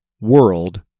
world